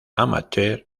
amateur